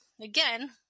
Again